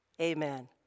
Amen